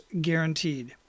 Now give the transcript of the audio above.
Guaranteed